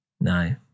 No